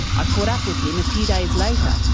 i caught up with him a few days later,